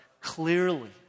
clearly